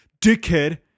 dickhead